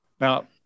Now